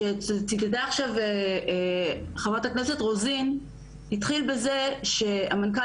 שציטטה עכשיו חברת הכנסת רוזין התחיל בזה שהמנכ"ל